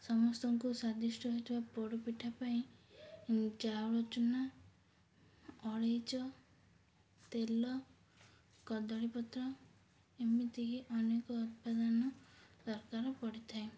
ସମସ୍ତଙ୍କୁ ସ୍ଵାଦିଷ୍ଟ ହେଇଥିବା ପୋଡ଼ ପିଠା ପାଇଁ ଚାଉଳ ଚୁନା ଅଳେଇଚ ତେଲ କଦଳୀପତ୍ର ଏମିତିକି ଅନେକ ଉତ୍ପାଦନ ଦରକାର ପଡ଼ିଥାଏ